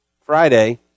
friday